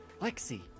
Lexi